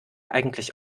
eigentlich